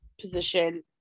position